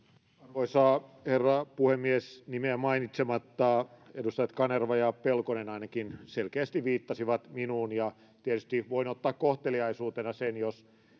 arvoisa herra puhemies nimeä mainitsematta edustajat kanerva ja pelkonen ainakin selkeästi viittasivat minuun ja tietysti voin ottaa kohteliaisuutena sen jos